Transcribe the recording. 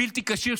בלתי כשיר,